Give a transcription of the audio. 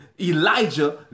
Elijah